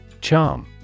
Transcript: Charm